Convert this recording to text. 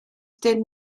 dim